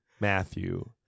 Matthew